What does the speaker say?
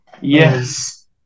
Yes